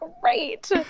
Great